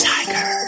Tiger